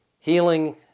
Healing